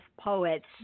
poets